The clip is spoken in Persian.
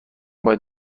باید